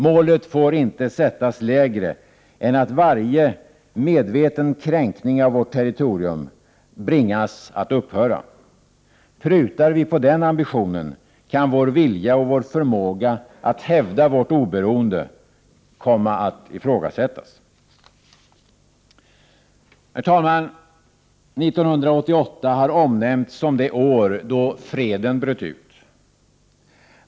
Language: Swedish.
Målet får inte sättas lägre än att varje medveten kränkning av vårt territorium bringas att upphöra. Prutar vi på den ambitionen kan vår vilja och vår förmåga att hävda vårt oberoende komma att ifrågasättas. Herr talman! 1988 har omnämnts som det år då freden bröt ut.